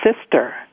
sister